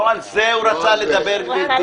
לא על זה הוא רצה לדבר, גברתי.